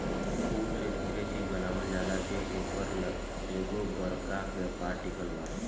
फूल से डेरे चिज बनावल जाला जे से एपर एगो बरका व्यापार टिकल बा